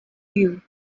you